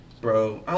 bro